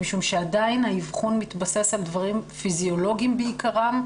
משום שעדיין האבחון מתבסס על דברים פיזיולוגיים בעיקרם,